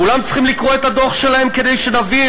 כולם צריכים לקרוא את הדוח שלהם כדי שנבין: